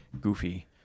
goofy